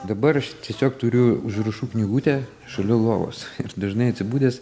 dabar aš tiesiog turiu užrašų knygutę šalia lovos ir dažnai atsibudęs